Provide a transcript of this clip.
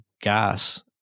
gas